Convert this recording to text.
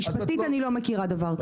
משפטית אני לא מכירה דבר כזה.